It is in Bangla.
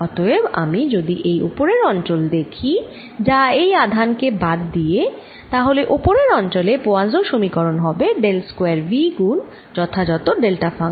অতএব আমি যদি এই উপরের অঞ্চলে দেখি যা এই আধান কে বাদ দিয়ে তাহলে উপরের অঞ্চলে পোয়াসোঁ সমীকরণ হবে ডেল স্কয়ার V গুণ যথাযত ডেল্টা ফাংশান বাই এপসাইলন 0